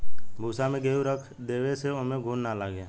भूसा में गेंहू रख देवे से ओमे घुन ना लागे